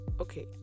okay